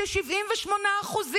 שונאת?